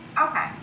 Okay